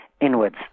inwards